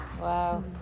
Wow